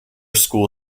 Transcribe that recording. school